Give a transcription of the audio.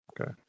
Okay